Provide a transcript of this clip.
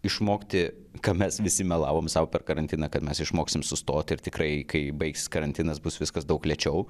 išmokti ką mes visi melavom sau per karantiną kad mes išmoksim sustoti ir tikrai kai baigsis karantinas bus viskas daug lėčiau